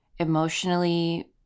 emotionally